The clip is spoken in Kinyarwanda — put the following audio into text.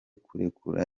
kurekura